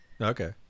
Okay